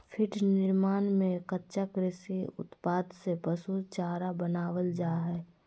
feed निर्माण में कच्चा कृषि उत्पाद से पशु चारा बनावल जा हइ